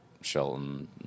Shelton